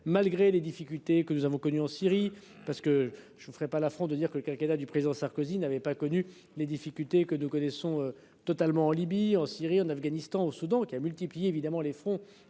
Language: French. Malgré les difficultés que nous avons connues en Syrie parce que je ne ferai pas l'affront de dire que le quinquennat du président Sarkozy n'avait pas connu les difficultés que nous connaissons totalement en Libye, en Syrie, en Afghanistan, au Soudan qui a multiplié évidemment les fonds